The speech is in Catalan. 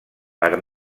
per